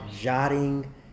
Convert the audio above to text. jotting